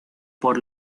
por